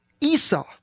Esau